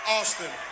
Austin